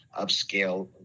upscale